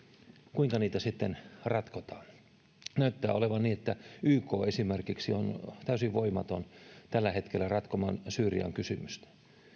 kuinka niitä sitten ratkotaan näyttää olevan niin että yk esimerkiksi on täysin voimaton tällä hetkellä ratkomaan syyrian kysymystä